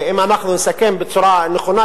אם אנחנו נסכם את זה בצורה נכונה,